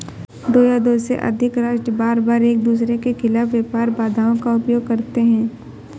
दो या दो से अधिक राष्ट्र बारबार एकदूसरे के खिलाफ व्यापार बाधाओं का उपयोग करते हैं